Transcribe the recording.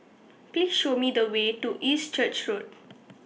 Please Show Me The Way to East Church Road